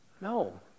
No